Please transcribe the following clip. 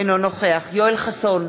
אינו נוכח יואל חסון,